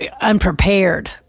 unprepared